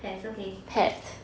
pests okay